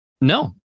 No